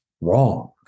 wrong